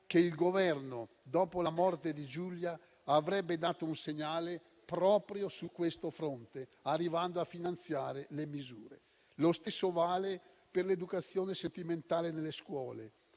che il Governo, dopo la morte di Giulia, avrebbe dato un segnale proprio su questo fronte, arrivando a finanziare le misure. Lo stesso vale per l'educazione sentimentale nelle scuole: